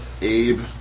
Abe